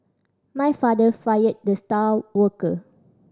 my father fired the star worker